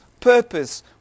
purpose